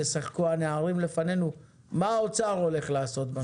ישחקו הנערים לפנינו?! מה האוצר הולך לעשות בנושא הזה?